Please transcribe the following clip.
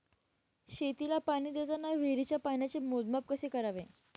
शेतीला पाणी देताना विहिरीच्या पाण्याचे मोजमाप कसे करावे?